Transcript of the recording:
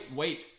wait